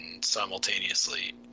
simultaneously